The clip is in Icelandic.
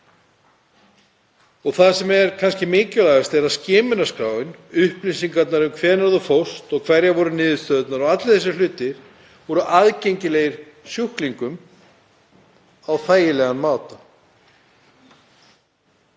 Það sem er kannski mikilvægast er að skimunarskráin, upplýsingarnar um hvenær þú fórst og hverjar voru niðurstöðurnar og allir þessir hlutir, var aðgengileg sjúklingum á þægilegan hátt.